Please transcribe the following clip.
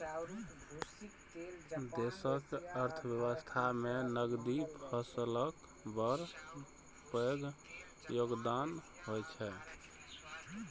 देशक अर्थव्यवस्था मे नकदी फसलक बड़ पैघ योगदान होइ छै